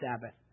Sabbath